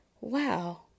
wow